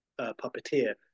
puppeteer